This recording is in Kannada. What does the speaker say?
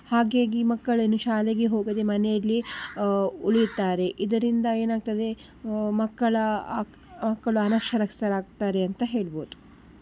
ಹಾಗಾಗಿ ಮಕ್ಕಳನ್ನು ಶಾಲೆಗೆ ಹೋಗದೆ ಮನೆಯಲ್ಲಿಯೇ ಉಳಿತಾರೆ ಇದರಿಂದ ಏನಾಗ್ತದೆ ಮಕ್ಕಳ ಮಕ್ಕಳು ಅನಕ್ಷರಸ್ಥರಾಗ್ತಾರೆ ಅಂತ ಹೇಳ್ಬೋದು